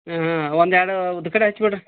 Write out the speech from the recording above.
ಹಾಂ ಹಾಂ ಒಂದು ಎರಡು ಊದ್ಕಡಿ ಹಚ್ಬಿಡ್ರಿ